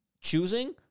Choosing